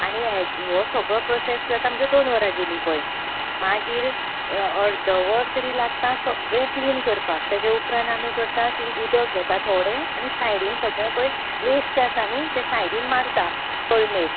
आनी हो सगळो प्रोसेस जाता म्हणसर दोन वरां गेलीं पळय मागीर अर्दवर तरी लागता सगळें क्लीन करपाक तेज्या उपरान आमी करता उदक घेता थोडें आनी सायडीन सगलें पळय वेस्ट आसा न्हय तें सायडीन मारता कळमेर